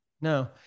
no